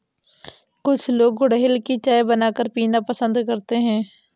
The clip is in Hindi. कुछ लोग गुलहड़ की चाय बनाकर पीना पसंद करते है